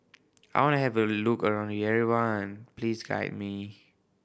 I want to have a look around Yerevan please guide me